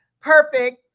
Perfect